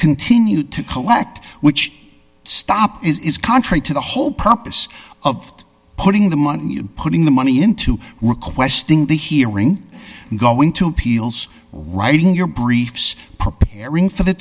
continued to collect which stop is contrary to the whole purpose of putting the money and putting the money into requesting the hearing going to peel's writing your briefs preparing for the